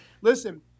Listen